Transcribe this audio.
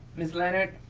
miss leonard?